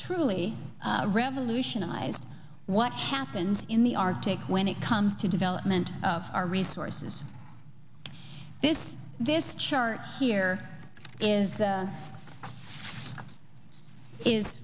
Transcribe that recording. truly revolutionized what happens in the arctic when it comes to development of our resources this this chart here is